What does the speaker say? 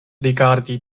rigardi